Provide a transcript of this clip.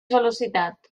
velocitat